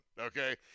okay